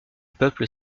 peuple